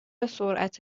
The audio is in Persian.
سرعت